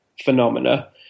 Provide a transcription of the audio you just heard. phenomena